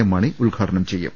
M Mani ഉദ്ഘാടനം ചെയ്യും